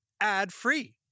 ad-free